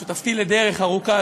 שותפתי לדרך ארוכה,